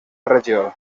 regió